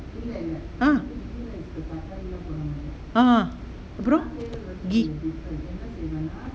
ah ah !huh! அப்புறம்:appuram ghee